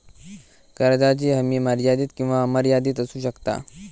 कर्जाची हमी मर्यादित किंवा अमर्यादित असू शकता